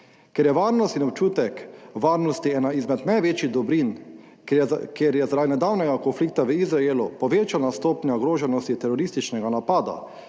Ker je varnost in občutek varnosti ena izmed največjih dobrin, ker je zaradi nedavnega konflikta v Izraelu povečana stopnja ogroženosti terorističnega napada,